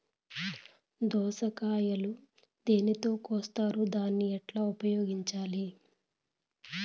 దోస కాయలు దేనితో కోస్తారు దాన్ని ఎట్లా ఉపయోగించాలి?